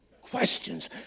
Questions